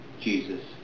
Jesus